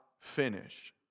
finish